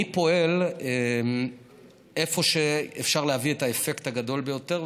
אני פועל איפה שאפשר להביא את האפקט הגדול ביותר,